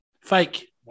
Fake